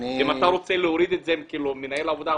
אם אתה רוצה להוריד את זה ממנהל העבודה,